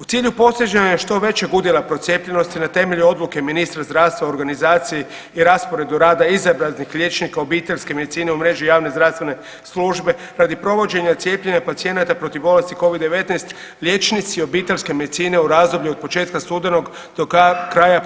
U cilju postizanja što većeg udjela procijepljenosti na temelju odluke ministra zdravstva u organizaciji i rasporedu rada izabranih liječnika obiteljske medicine u mreži javne zdravstvene službe radi provođenja cijepljenja pacijenata protiv bolesti covid-19 liječnici obiteljske medicine u razdoblju od početka studenog do kraja